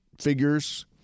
figures